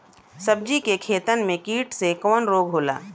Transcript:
सब्जी के खेतन में कीट से कवन रोग होला?